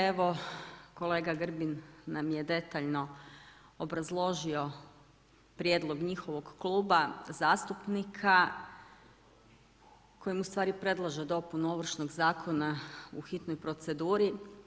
Evo kolega Grbin nam je detaljno obrazložio prijedlog njihovog kluba zastupnika kojem ustvari predlaže dopunu Ovršnog zakona u hitnoj proceduri.